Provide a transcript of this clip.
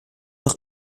noch